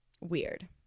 Weird